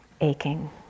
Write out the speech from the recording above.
aching